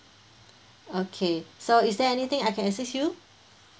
okay so is there anything I can assist you